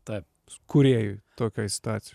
kūrėjui tokioj situacijoj